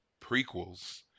prequels